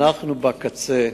אנחנו בקצה,